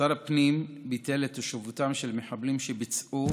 שר הפנים ביטל את תושבותם של מחבלים שביצעו